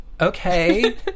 okay